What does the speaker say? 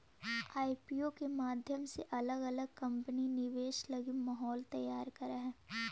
IPO के माध्यम से अलग अलग कंपनि निवेश लगी माहौल तैयार करऽ हई